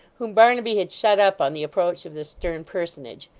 whom barnaby had shut up on the approach of this stern personage.